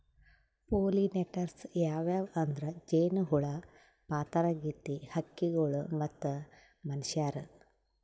pollinators ಯಾವ್ಯಾವ್ ಅಂದ್ರ ಜೇನಹುಳ, ಪಾತರಗಿತ್ತಿ, ಹಕ್ಕಿಗೊಳ್ ಮತ್ತ್ ಮನಶ್ಯಾರ್